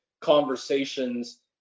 conversations